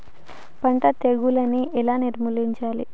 పంట తెగులుని ఎలా నిర్మూలించాలి?